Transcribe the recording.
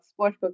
sportsbook